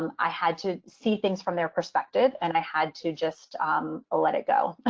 um i had to see things from their perspective. and i had to just um let it go.